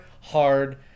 hard